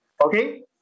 Okay